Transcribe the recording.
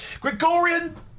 Gregorian